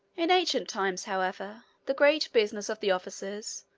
in ancient times, however, the great business of the officers,